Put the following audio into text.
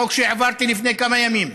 החוק שהעברתי לפני כמה ימים.